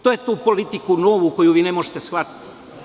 To je tu politiku novu koju vi ne možete shvatiti.